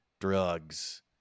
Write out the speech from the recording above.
drugs